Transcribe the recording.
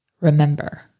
remember